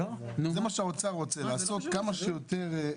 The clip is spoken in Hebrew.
זה מה שהאוצר רוצה, לעשות כמה שיותר,